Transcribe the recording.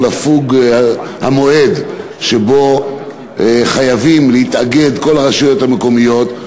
לעבור המועד שבו חייבות להתאגד כל הרשויות המקומיות,